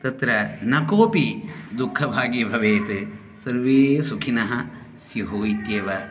तत्र न कोपि दुःखभागी भवेत् सर्वे सुखिनः स्युः इत्येव